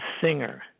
singer